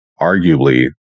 arguably